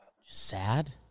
Sad